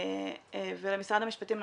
ולמשרד המשפטים,